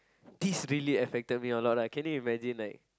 this really affected me a lot ah can you imagine like